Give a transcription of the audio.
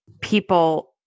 people